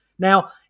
Now